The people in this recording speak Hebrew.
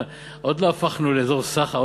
עוד לא הפכנו לאזור סחר,